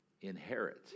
Inherit